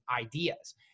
ideas